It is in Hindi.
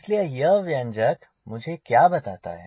इसलिए यह व्यंजक मुझे क्या बताता है